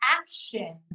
action